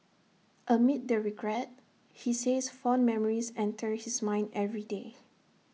amid the regret he says fond memories enter his mind every day